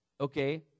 Okay